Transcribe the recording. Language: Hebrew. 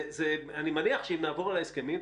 אני מניח שאם נעבור על ההסכמים,